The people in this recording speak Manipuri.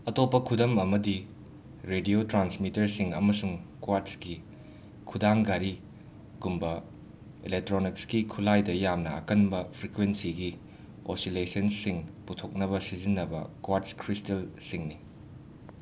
ꯑꯇꯣꯞꯄ ꯈꯨꯗꯝ ꯑꯃꯗꯤ ꯔꯦꯗꯤꯑꯣ ꯇ꯭ꯔꯥꯟꯁꯃꯤꯇꯔꯁꯤꯡ ꯑꯃꯁꯨꯡ ꯀ꯭ꯋꯥꯠꯁꯀꯤ ꯈꯨꯗꯥꯡ ꯘꯔꯤꯒꯨꯝꯕ ꯏꯂꯦꯛꯇ꯭ꯔꯣꯅꯤꯛꯁꯀꯤ ꯈꯨꯠꯂꯥꯏꯗ ꯌꯥꯝꯅ ꯑꯀꯟꯕ ꯐ꯭ꯔꯤꯀ꯭ꯋꯦꯟꯁꯤꯒꯤ ꯑꯣꯁꯤꯂꯦꯁꯟꯁꯤꯡ ꯄꯨꯊꯣꯛꯅꯕ ꯁꯤꯖꯤꯟꯅꯕ ꯀ꯭ꯋꯥꯠꯁ ꯈ꯭ꯔꯤꯁꯇꯦꯜꯁꯤꯡꯅꯤ